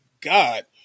God